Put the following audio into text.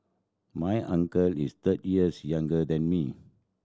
my uncle is thirty years younger than me